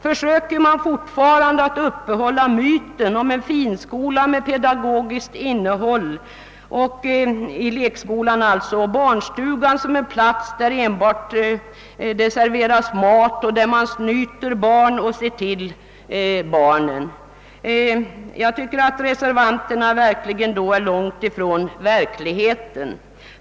Försöker man fortfarande att upprätthålla myten om en lekskola som är finskola med pedagogiskt innehåll, medan barnstugan är en plats där det enbart serveras mat och där man snyter barn och ser till dem? Jag tycker att reservanterna i så fall avlägsnat sig långt från verkligheten.